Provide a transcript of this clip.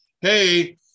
hey